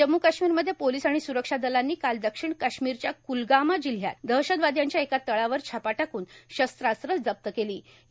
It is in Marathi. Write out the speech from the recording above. जम्मू काश्मीरमध्ये पोर्वलस आणण सुरक्षा दलांनी काल दक्षिण काश्मीरच्या कुमगामा जि ल्ह्यात दहशतवादयांच्या एका तळावर छापा टाकून शस्त्रास्त्र जप्त केलां